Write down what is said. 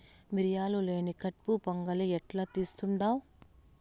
మిరియాలు లేని కట్పు పొంగలి ఎట్టా తీస్తుండావ్